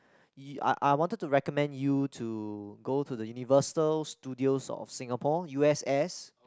I I wanted to recommend you to go to the Universal Studios of Singapore U_S_S